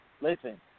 listen